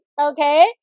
okay